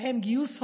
ובהם גיוס הון,